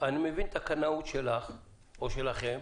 את הקנאות שלך או שלכם.